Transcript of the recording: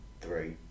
three